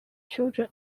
children